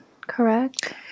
correct